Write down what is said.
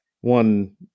one